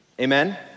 amen